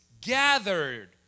gathered